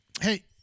Hey